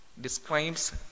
describes